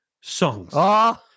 songs